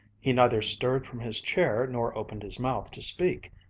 he neither stirred from his chair, nor opened his mouth to speak.